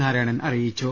നാരായണൻ അറിയിച്ചു